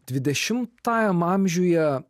dvidešimajam amžiuje